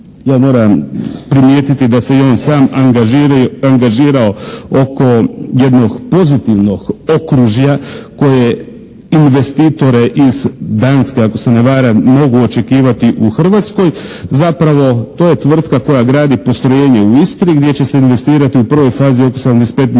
ja moram primijetiti da se i on sam angažirao oko jednog pozitivnog okružja koje investitore iz Danske ako se ne varam mogu očekivati u Hrvatskoj, zapravo to je tvrtka koja gradi postrojenje u Istri gdje će investirati u prvoj fazi oko 75 milijuna